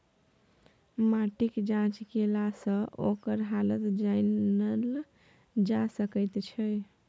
माटिक जाँच केलासँ ओकर हालत जानल जा सकैत छै